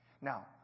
Now